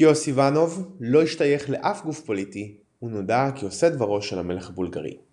קיוסאיבנוב לא השתייך לאף גוף פוליטי ונודע כעושה דברו של המלך הבולגרי.